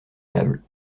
table